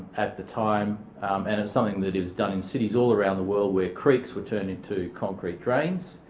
at the time and it's something that is done in cities all around the world where creeks were turned into concrete drains.